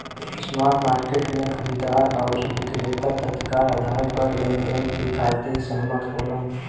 spot market में खरीदार आउर विक्रेता तत्काल आधार पर लेनदेन के खातिर सहमत होलन